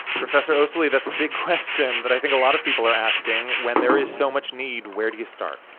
professor osili, that's a big question that i think a lot of people are asking. when there is so much need, where do you start?